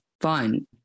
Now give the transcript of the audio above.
fun